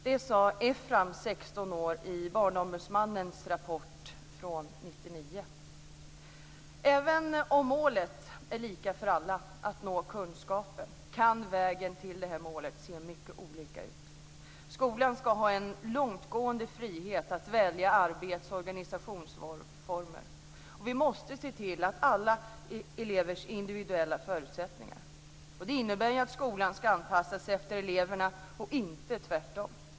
Detta sade Efram 16 år i Barnombudsmannens rapport från 1999. Även om målet är lika för alla - att nå kunskap - kan vägen till målet se mycket olika ut. Skolan ska ha en långtgående frihet att välja arbets och organisationsformer. Vi måste se till alla elevers individuella förutsättningar. Det innebär att skolan ska anpassas efter eleverna, inte tvärtom.